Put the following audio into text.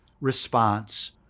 response